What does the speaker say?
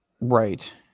Right